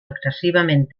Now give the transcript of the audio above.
excessivament